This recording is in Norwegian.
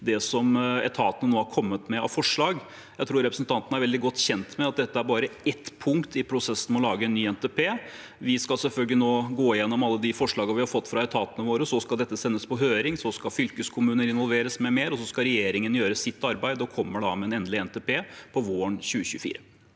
det som etatene har kommet med av forslag. Jeg tror representanten er veldig godt kjent med at dette bare er ett punkt i prosessen med å lage en ny NTP. Vi skal selvfølgelig gå gjennom alle de forslagene vi har fått fra etatene våre. Så skal dette sendes på høring og fylkeskommuner involveres m.m. Så skal regjeringen gjøre sitt arbeid og kommer da med en endelig NTP våren 2024.